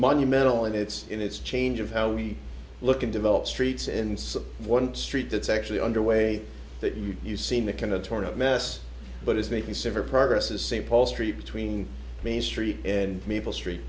monumental and it's in it's change of how we look and develop streets in one street that's actually underway that you've seen the kind of torn up mess but it's making silver progress a st paul street between main street and maple street